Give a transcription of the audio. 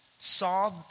saw